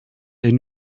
est